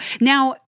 Now